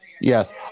Yes